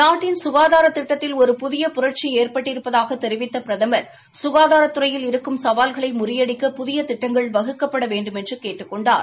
நாட்டின் ககாதார திட்டத்தில் ஒரு புதிய புரட்சி ஏற்பட்டிருப்பதாகத் தெிவித்த பிரதம் சுகாதாரத் துறையில் இருக்கும் சவால்களை முறியடிக்க புதிய திட்டங்கள் வகுக்கப்பட வேண்டுமென்று கேட்டுக் கொண்டார்